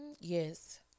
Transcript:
Yes